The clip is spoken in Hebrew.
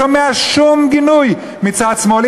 שומע שום גינוי מצד שמאל.